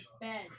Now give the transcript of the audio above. bed